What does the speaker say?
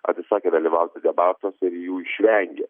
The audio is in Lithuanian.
atsisakė dalyvauti debatuose ir jų išvengė